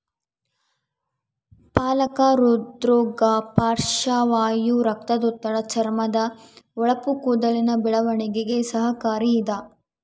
ಪಾಲಕ ಹೃದ್ರೋಗ ಪಾರ್ಶ್ವವಾಯು ರಕ್ತದೊತ್ತಡ ಚರ್ಮದ ಹೊಳಪು ಕೂದಲಿನ ಬೆಳವಣಿಗೆಗೆ ಸಹಕಾರಿ ಇದ